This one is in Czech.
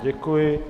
Děkuji.